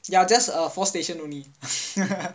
ya just err four station only